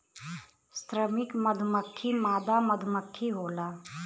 श्रमिक मधुमक्खी मादा मधुमक्खी होला